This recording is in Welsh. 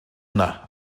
yna